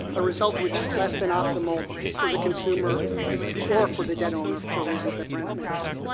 a result which is less than optimal for the consumer or for the debt owner, for reasons that brent mentioned.